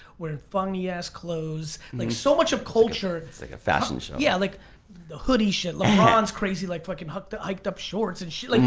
wearing funny ass clothes. like so much of culture it's like a fashion show. yeah, like the hoodie shit, lebron's crazy like fucking hiked hiked up shorts and shit. like